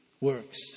works